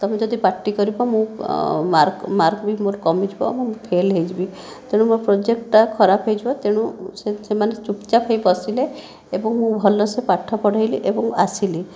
ତୁମେ ଯଦି ପାଟି କରିବ ମୋ' ମାର୍କ ମାର୍କ ବି ମୋର କମିଯିବ ମୁଁ ଫେଲ୍ ହୋଇଯିବି ତେଣୁ ମୋର ପ୍ରୋଜେକ୍ଟଟା ଖରାପ ହେଇଯିବ ତେଣୁ ସେମାନେ ଚୁପ୍ ଚାପ୍ ହୋଇ ବସିଲେ ଏବଂ ମୁଁ ଭଲସେ ପାଠ ପଢ଼ାଇଲି ଏବଂ ଆସିଲି